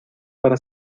para